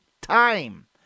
time